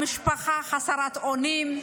המשפחה חסרת אונים.